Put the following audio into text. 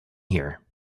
here